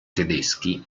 tedeschi